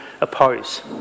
oppose